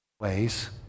ways